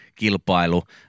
kilpailu